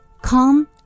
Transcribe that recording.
Come